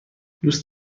دوست